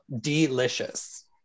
delicious